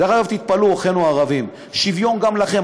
דרך אגב, תתפלאו, אחינו הערבים, שוויון גם לכם.